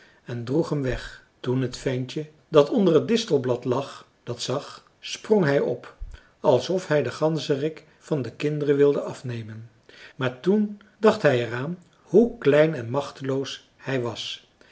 en droeg hem weg toen het ventje dat onder het distelblad lag dat zag sprong hij op alsof hij den ganzerik van de kinderen wilde afnemen maar toen dacht hij er aan hoe klein en machteloos hij was